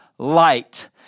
light